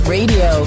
Radio